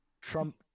Trump